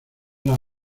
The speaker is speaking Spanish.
las